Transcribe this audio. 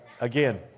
again